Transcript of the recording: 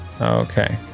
okay